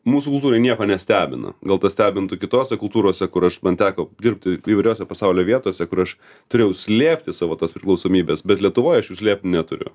mūsų kultūroj nieko nestebina gal tas stebintų kitose kultūrose kur aš man teko dirbti įvairiose pasaulio vietose kur aš turėjau slėpti savo tas priklausomybes bet lietuvoj aš jų slėpt neturiu